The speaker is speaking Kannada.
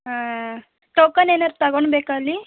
ಹಾಂ ಟೋಕನ್ ಏನಾರು ತಗೊಳ್ಬೇಕ ಅಲ್ಲಿ